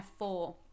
F4